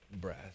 breath